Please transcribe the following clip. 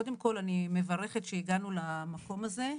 קודם כל אני מברכת שהגענו למקום הזה.